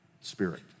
Spirit